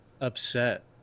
upset